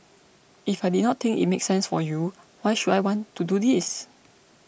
if I did not think it make sense for you why should I want to do this